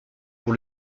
pour